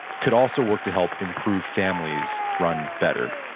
could also work to help improve families run better?